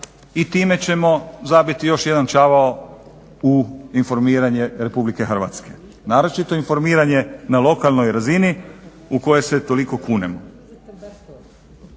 i time ćemo zabiti još jedan čavao u informiranje RH. Naročito informiranje na lokalnoj razini u koje se toliko kunemo.